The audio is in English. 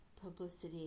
publicity